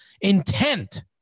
intent